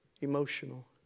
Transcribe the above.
Emotional